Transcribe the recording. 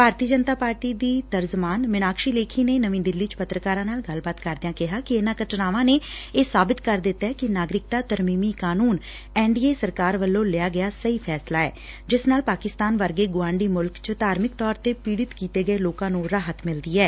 ਭਾਰਤੀ Janata Party ਦੀ ਤਰਜਮਾਨ ਮਿਨਾਕਸ਼ੀ ਲੇਖੀ ਨੇ ਨਵੀਂ ਦਿੱਲੀ ਚ ਪੱਤਰਕਾਰਾਂ ਨਾਲ ਗੱਲਬਾਤ ਕਰਦਿਆਂ ਕਿਹਾ ਕਿ ਇਨੂਾਂ ਘਟਨਾਵਾਂ ਨੇ ਇਹ ਸਾਬਤ ਕਰ ਦਿੱਤੈ ਕਿ ਨਾਗਰਿਕਤਾ ਤਰਮੀਮੀ ਕਾਨੂੰਨ ਐਨ ਡੀ ਏ ਸਰਕਾਰ ਵੱਲੋ ਲਿਆ ਗਿਆ ਸਹੀ ਫੈਸਲਾ ਐ ਜਿਸ ਨਾਲ ਪਾਕਿਸਤਾਨ ਵਰਗੇ ਗੁਆਂਢੀ ਮੁਲਕ ਚ ਧਾਰਮਿਕ ਤੌਰ ਤੇ ਪੀੜਤ ਕੀਤੇ ਗਏ ਲੋਕਾਂ ਨੂੰ ਰਾਹਤ ਮਿਲੀ ਐ